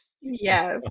Yes